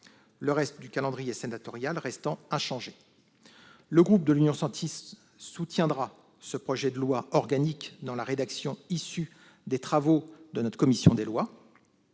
le reste du calendrier sénatorial demeurant inchangé. Le groupe Union Centriste soutiendra ce projet de loi organique dans la rédaction issue des travaux de notre commission des lois.